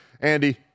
Andy